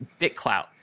BitClout